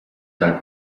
dal